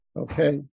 Okay